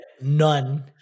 none